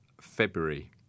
February